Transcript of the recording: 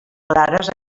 clares